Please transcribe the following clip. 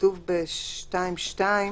כתוב בסעיף 2(2)